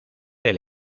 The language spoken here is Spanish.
del